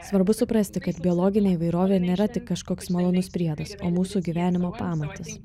svarbu suprasti kad biologinė įvairovė nėra tik kažkoks malonus priedas o mūsų gyvenimo pamatas